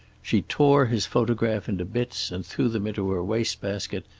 she tore his photograph into bits and threw them into her waste basket,